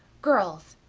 girls,